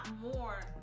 more